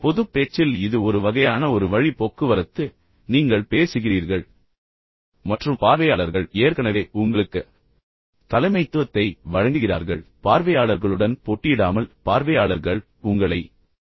பொதுப் பேச்சில் இது ஒரு வகையான ஒரு வழி போக்குவரத்து நீங்கள் பேசுகிறீர்கள் மற்றும் பார்வையாளர்கள் ஏற்கனவே உங்களுக்கு தலைமைத்துவத்தை வழங்குகிறார்கள் பார்வையாளர்களுடன் போட்டியிடாமல் பார்வையாளர்கள் உங்களை மதிப்பிடுகிறார்கள்